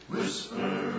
Whisper